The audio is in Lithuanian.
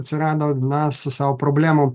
atsirado na su savo problemom